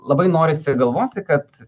labai norisi galvoti kad